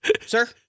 sir